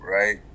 right